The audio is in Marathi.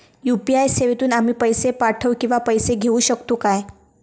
यू.पी.आय सेवेतून आम्ही पैसे पाठव किंवा पैसे घेऊ शकतू काय?